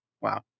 Wow